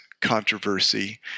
controversy